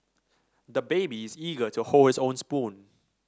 the baby is eager to hold his own spoon